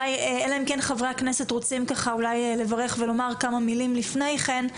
אלא אם כן חברי הכנסת רוצים לברך ולומר כמה מלים לפני כן,